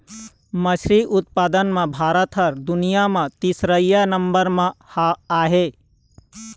मछरी उत्पादन म भारत ह दुनिया म तीसरइया नंबर म आहे